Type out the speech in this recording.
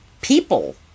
people